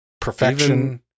perfection